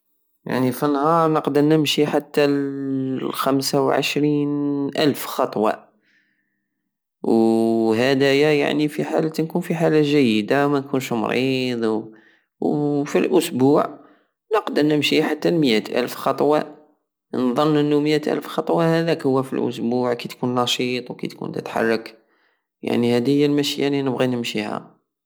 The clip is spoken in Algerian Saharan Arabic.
يعني فالنهار نقدر نمشي حتى خمسة وعشرين الف خطوة وهديا يعني في حالة- نكون في حالة جيدة ومنكونش مريض وفالاسبوع نقدر نمشي حتى ميات الف خطوة نض انو ميات الف هداك هو بالأسبوع كي تكون نشيط وتكون تتحرك بعني هدي هيا المشية الى نبغي نمشيها